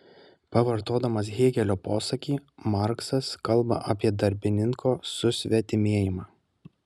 pavartodamas hėgelio posakį marksas kalba apie darbininko susvetimėjimą